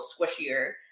squishier